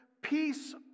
Peace